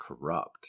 corrupt